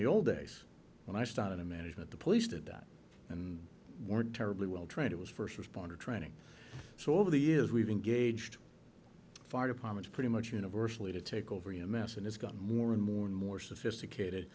the old days when i started in management the police did that and weren't terribly well trained it was first responder training so over the years we've engaged fire department pretty much universally to take over your message has gotten more and more and more sophisticated